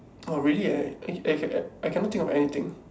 oh really eh I I cannot think of anything